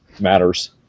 matters